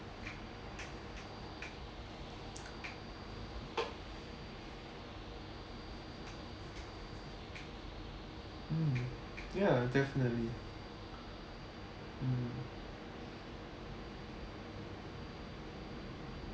mm ya definitely mm